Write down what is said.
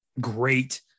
great